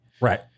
Right